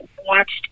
watched